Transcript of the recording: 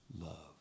love